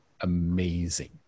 amazing